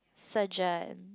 surgeon